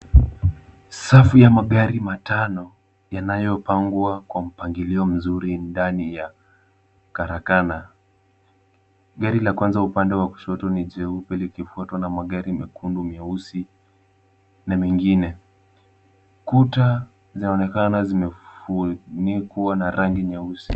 Safu ya magari matano yanayopangwa kwa mpangilio mzuri ndani ya karakana. Gari la kwanza upande wa kushoto ni jeupe likifuatwa na magari mekundu, meusi na mengine. Kuta zinaonekana zimefunikwa na rangi nyeusi.